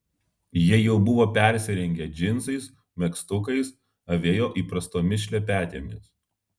jie jau buvo persirengę džinsais megztukais avėjo įprastomis šlepetėmis